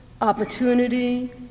opportunity